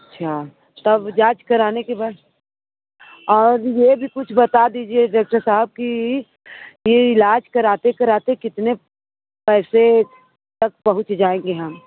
अच्छा सब जाँच कराने के बाद और ये भी कुछ बता दीजिए जैसे साथ की की इलाज कराते कराते कितने पैसे तक पहुँच जाएँगे हम